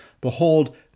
Behold